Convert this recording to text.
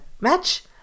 match